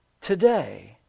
today